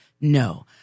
no